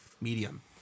medium